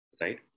right